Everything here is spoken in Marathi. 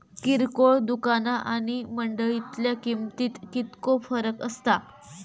किरकोळ दुकाना आणि मंडळीतल्या किमतीत कितको फरक असता?